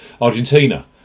Argentina